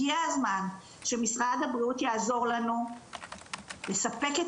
הגיע הזמן שמשרד הבריאות יעזור לנו לספק את